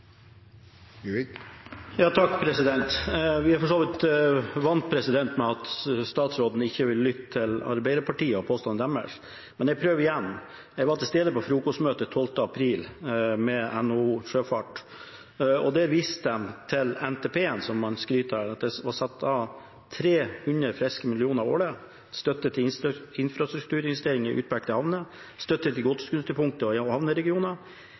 for så vidt vant med at statsråden ikke vil lytte til Arbeiderpartiet og påstandene deres, men jeg prøver igjen. Jeg var til stede på frokostmøte 12. april med NHO Sjøfart, og der viste de til NTP-en der man skryter av at det er satt av 300 friske millioner årlig – støtte til infrastrukturinvestering i utpekte havner, støtte til godsknutepunkt i havneregioner,